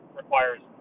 requires